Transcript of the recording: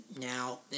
now